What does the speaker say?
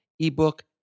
Ebook